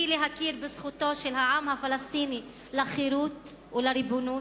להכיר בזכותו של העם הפלסטיני לחירות או לריבונות?